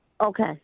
okay